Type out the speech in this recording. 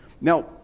Now